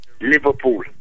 Liverpool